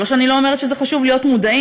עכשיו, לא שאני אומרת שזה לא חשוב להיות מודעים,